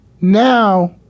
now